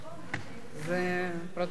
זה פרוטקציה.